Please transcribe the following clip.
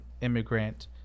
immigrant